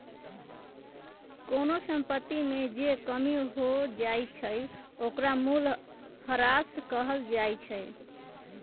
कोनो संपत्ति में जे कमी हो जाई छई ओकरा मूलहरास कहल जाई छई